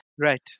Right